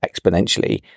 exponentially